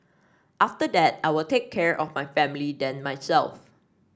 after that I'll take care of my family then myself